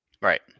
Right